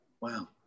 Wow